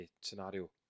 scenario